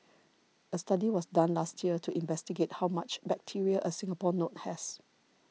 a study was done last year to investigate how much bacteria a Singapore note has